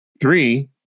Three